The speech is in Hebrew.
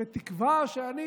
בתקווה שאני,